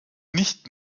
nicht